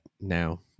now